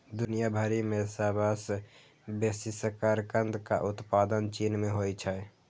दुनिया भरि मे सबसं बेसी शकरकंदक उत्पादन चीन मे होइ छै